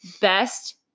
best